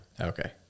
Okay